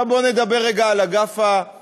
עכשיו בואו נדבר רגע על אגף החקירות,